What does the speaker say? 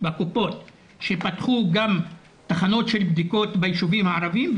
שפתחו גם תחנות שלבדיקות בישובים הערביים,